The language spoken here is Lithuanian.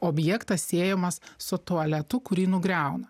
objektas siejamas su tualetu kurį nugriauna